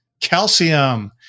calcium